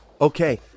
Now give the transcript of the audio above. Okay